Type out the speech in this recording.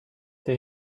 der